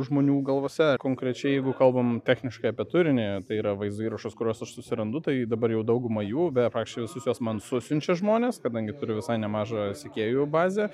žmonių galvose konkrečiai jeigu kalbam techniškai apie turinį tai yra vaizdo įrašus kuriuos aš susirandu tai dabar jau daugumą jų beje praktiškai visus juos man susiunčia žmonės kadangi turiu visai nemažą sekėjų bazę